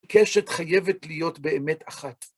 קשת חייבת להיות באמת אחת.